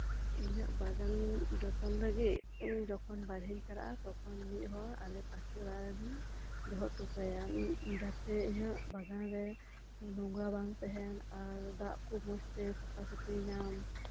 ᱤᱧᱟᱹᱜ ᱵᱟᱜᱟᱱ ᱡᱚᱛᱚᱱ ᱞᱟᱹᱜᱤᱫ ᱡᱚᱠᱷᱚᱱ ᱵᱟᱦᱨᱮᱧ ᱪᱟᱞᱟᱜᱼᱟ ᱛᱚᱠᱷᱚᱱ ᱢᱤᱫᱦᱚᱲ ᱟᱞᱮ ᱯᱟᱥᱮ ᱚᱲᱟᱜ ᱨᱮᱱ ᱫᱚᱦᱚ ᱦᱚᱴᱚ ᱠᱟᱭᱟ ᱡᱟᱛᱮ ᱤᱧᱟᱹᱜ ᱵᱟᱜᱟᱱᱨᱮ ᱱᱳᱝᱨᱟ ᱵᱟᱝ ᱛᱟᱸᱦᱮᱱ ᱟᱨ ᱫᱟᱜ ᱠᱚ ᱢᱚᱸᱡᱛᱮ ᱥᱟᱯᱷᱟ ᱥᱟᱯᱷᱤᱭ ᱧᱟᱢ